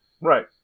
Right